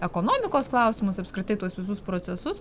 ekonomikos klausimus apskritai tuos visus procesus